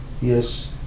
Yes